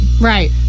Right